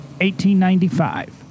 1895